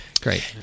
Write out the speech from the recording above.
Great